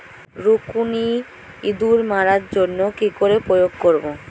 রুকুনি ইঁদুর মারার জন্য কি করে প্রয়োগ করব?